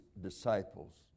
disciples